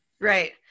Right